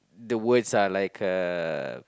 the words are like a